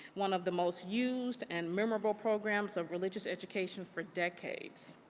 one of the most used and memorable programs of religious education for decades.